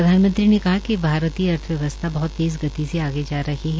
प्रधानमंत्री ने कहा कि भारतीय अर्थव्यवसथा बहत तेज गति से आगे जा रही है